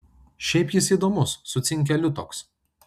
šiaip jis įdomus su cinkeliu toks